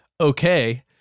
okay